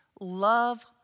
love